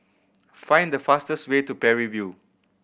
find the fastest way to Parry View